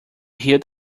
hilt